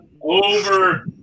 over